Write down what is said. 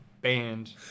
band